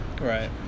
Right